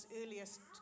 earliest